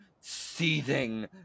seething